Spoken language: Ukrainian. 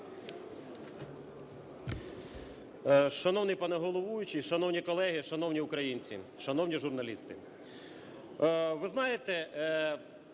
Шановний пане головуючий! Шановні колеги! Шановні українці! Шановні журналісти!